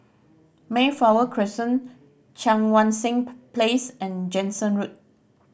Mayflower Crescent Cheang Wan Seng Place and Jansen Road